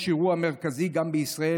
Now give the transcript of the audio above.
יש אירוע מרכזי גם בישראל,